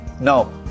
No